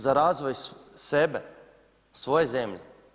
Za razvoj sebe, svoje zemlje?